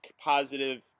positive